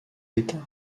états